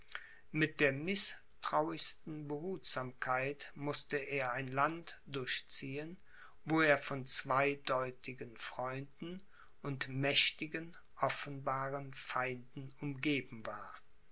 mit der mißtrauischsten behutsamkeit mußte er ein land durchziehen wo er von zweideutigen freunden und mächtigen offenbaren feinden umgeben war